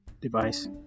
device